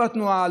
לא התנועה,